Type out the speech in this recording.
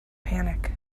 panic